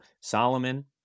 Solomon